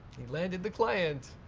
he landed the client.